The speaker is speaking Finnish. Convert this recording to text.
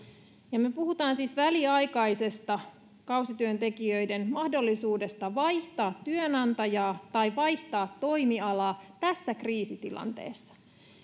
puhutaan siis väliaikaisesta kausityöntekijöiden mahdollisuudesta vaihtaa työnantajaa tai vaihtaa toimialaa tässä kriisitilanteessa